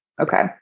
Okay